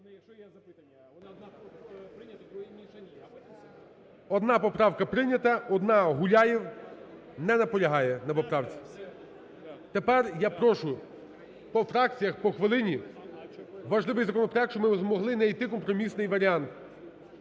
Одна поправка прийнята, одна Гуляєв, не наполягає на поправці. Тепер я прошу по фракціях по хвилині, важливий законопроект, щоб ми змогли знайти компромісний варіант.